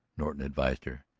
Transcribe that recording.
norton advised her.